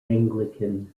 anglican